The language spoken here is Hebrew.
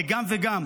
זה גם וגם,